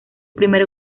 primer